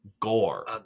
Gore